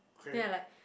then I like